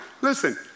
listen